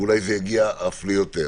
ואולי זה יגיע ליותר.